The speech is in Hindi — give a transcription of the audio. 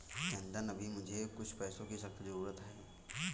चंदन अभी मुझे कुछ पैसों की सख्त जरूरत है